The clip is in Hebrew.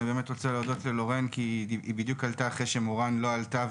אני באמת רוצה להודות ללורן כי היא בדיוק עלתה אחרי שמורן לא עלתה,